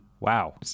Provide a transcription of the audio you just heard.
Wow